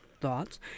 thoughts